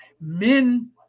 men